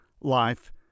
life